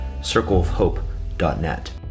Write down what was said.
circleofhope.net